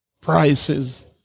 prices